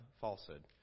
falsehood